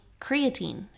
creatine